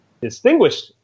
distinguished